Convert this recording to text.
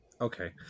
Okay